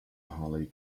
holly